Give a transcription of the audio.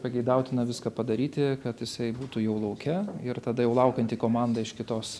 pageidautina viską padaryti kad jisai būtų jau lauke ir tada jau laukianti komanda iš kitos